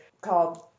called